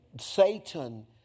Satan